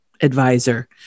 advisor